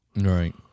Right